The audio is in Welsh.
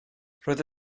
roedd